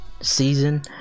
season